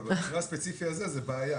אבל במקרה הספציפי הזה זו בעיה,